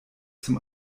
zum